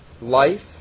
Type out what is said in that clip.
life